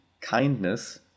kindness